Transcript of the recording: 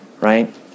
Right